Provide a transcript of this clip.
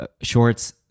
shorts